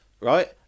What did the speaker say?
right